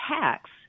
tax